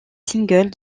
single